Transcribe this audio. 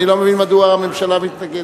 אני לא מבין מדוע הממשלה מתנגדת.